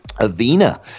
Avena